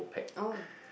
oh